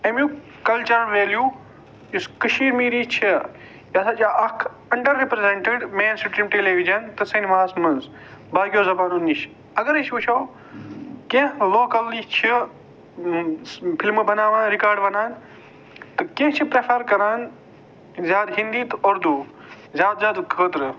اَمیُک cultural value یُس کَشمیٖری چھےٚ یہِ ہسا چھِ اکھ under represented mainstream television تہٕ سینِماہَس منٛز باقیو زَبانو نِش اَگر أسۍ وُچھو کیٚنٛہہ لوکٔلی چھِ فِلمہٕ بَناوان رِکاڈٕ وَنان تہٕ کیٚنٛہہ چھِ پرٮ۪فَر کَران زیادٕ ہیندی تہٕ اُردوٗ زیادٕ زیادٕ خٲطرٕ